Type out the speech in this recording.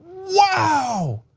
wow.